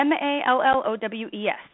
M-A-L-L-O-W-E-S